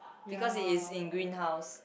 because it is in greenhouse